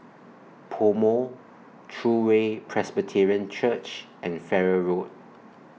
Pomo True Way Presbyterian Church and Farrer Road